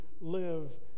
live